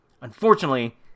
Unfortunately